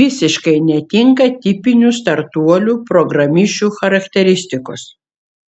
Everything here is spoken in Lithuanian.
visiškai netinka tipinių startuolių programišių charakteristikos